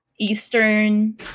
Eastern